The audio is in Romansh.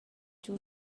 giu